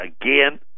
again